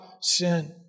sin